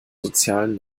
sozialen